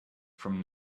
from